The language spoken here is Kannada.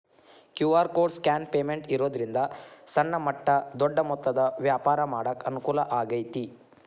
ಕ್ಯೂ.ಆರ್ ಕೋಡ್ ಸ್ಕ್ಯಾನ್ ಪೇಮೆಂಟ್ ಇರೋದ್ರಿಂದ ಸಣ್ಣ ಮಟ್ಟ ದೊಡ್ಡ ಮೊತ್ತದ ವ್ಯಾಪಾರ ಮಾಡಾಕ ಅನುಕೂಲ ಆಗೈತಿ